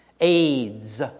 Aids